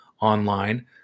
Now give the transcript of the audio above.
online